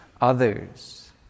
others